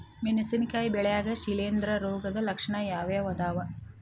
ಮೆಣಸಿನಕಾಯಿ ಬೆಳ್ಯಾಗ್ ಶಿಲೇಂಧ್ರ ರೋಗದ ಲಕ್ಷಣ ಯಾವ್ಯಾವ್ ಅದಾವ್?